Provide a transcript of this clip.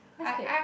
why scared